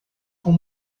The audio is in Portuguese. com